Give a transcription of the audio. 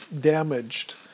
damaged